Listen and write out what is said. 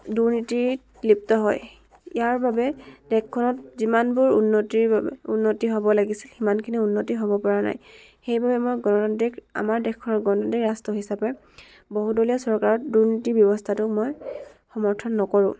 দুৰ্নীতিত লিপ্ত হয় ইয়াৰ বাবে দেশখনত যিমানবোৰ উন্নতিৰ বাবে উন্নতি হ'ব লাগিছিল সিমানখিনি উন্নতি হ'ব পৰা নাই সেইবাবে মই গণতান্ত্ৰিক আমাৰ দেশখন গণতান্ত্ৰিক ৰাষ্ট্ৰ হিচাপে বহুদলীয় চৰকাৰত দুৰ্নীতি ব্যৱস্থাটো মই সমৰ্থন নকৰোঁ